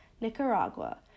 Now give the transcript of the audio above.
Nicaragua